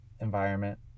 environment